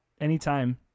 anytime